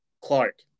Clark